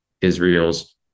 Israel's